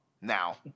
now